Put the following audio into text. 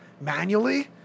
manually